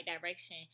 direction